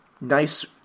nice